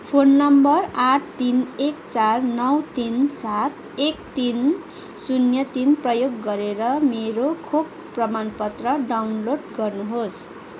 phone number आठ तिन एक चार नौ तिन सात एक तिन शून्य तिन प्रयोग गरेर मेरो खोप प्रमाणपत्र डाउनलोड गर्नुहोस्